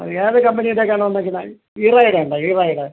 അത് ഏത് കമ്പനിയുടെ ഒക്കെയാണ് വന്നിരിക്കുന്നത് ഇറയുടെ ഉണ്ടോ ഇറയുടെ